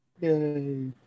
Yay